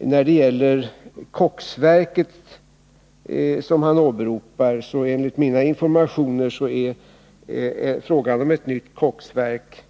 När det gäller koksverket som han åberopar är enligt mina informationer frågan om ett nytt koksverk Om